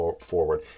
forward